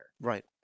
Right